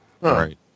right